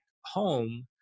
home